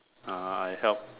ah I help